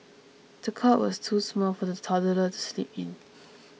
the cot was too small for the toddler to sleep in